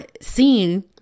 seen